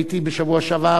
הייתי בשבוע שעבר,